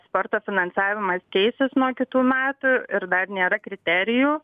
sporto finansavimas keisis nuo kitų metų ir dar nėra kriterijų